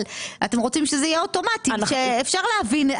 אתם רוצים שזה יהיה אוטומטי, אפשר להבין.